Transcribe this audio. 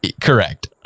Correct